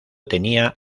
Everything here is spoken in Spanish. tenía